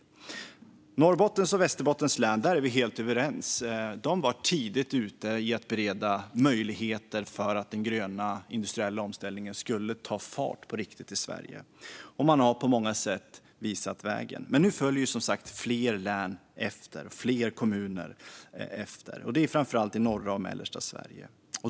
Vi är helt överens om Norrbottens och Västerbottens län. De var tidigt ute med att bereda möjligheter för att den gröna industriella omställningen skulle ta fart på riktigt i Sverige, och de har på många sätt visat vägen. Men nu följer som sagt fler län och kommuner efter, framför allt i norra och mellersta Sverige.